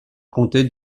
compter